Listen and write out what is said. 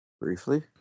Briefly